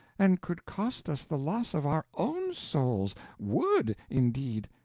and could cost us the loss of our own souls would, indeed,